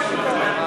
ציפי לבני,